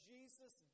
Jesus